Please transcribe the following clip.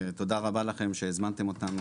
תודה רבה לכם שהזמנתם אותנו,